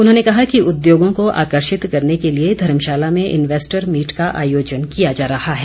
उन्होंने कहा कि उद्योगों को आकर्षित करने के लिए धर्मशाला में इनवेस्टर मीट का आयोजन किया जा रहा है